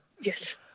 Yes